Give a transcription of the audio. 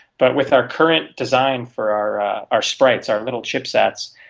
but with our current design for our our sprites, our little chip-sats,